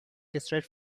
destroyed